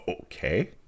Okay